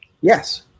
Yes